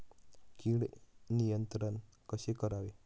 कीड नियंत्रण कसे करावे?